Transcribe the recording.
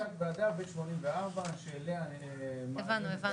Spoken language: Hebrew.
זה לוועדה שאליה -- הבנו, הבנו.